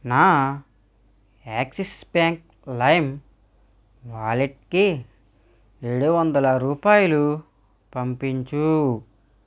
నా Axis Bank Lime వాలెట్కి ఏడు వందల రూపాయలు పంపించు